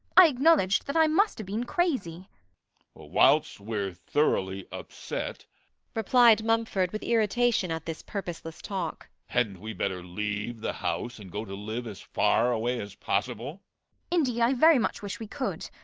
i acknowledged that i must have been crazy whilst we're thoroughly upset replied mumford, with irritation at this purposeless talk, hadn't we better leave the house and go to live as far away as possible indeed, i very much wish we could.